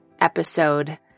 episode